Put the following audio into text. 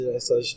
essas